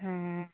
हँ